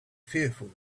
fearful